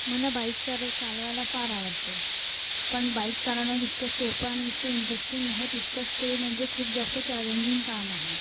मला बाईक चालवता चालवायला फार आवडते पण बाईक चालवणं जितकं सोपं आणि इतकं इंटरेस्टिंग आहे तितकंच ते म्हणजे खूप जास्त चॅलेंजिंग काम आहे